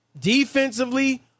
Defensively